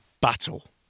Battle